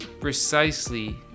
precisely